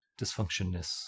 Dysfunctionness